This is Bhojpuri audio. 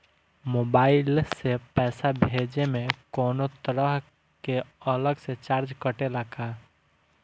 मोबाइल से पैसा भेजे मे कौनों तरह के अलग से चार्ज कटेला का?